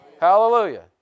Hallelujah